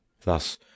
Thus